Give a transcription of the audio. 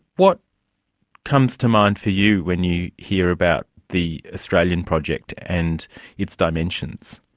what comes to mind for you when you hear about the australian project and its dimensions?